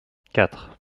quatre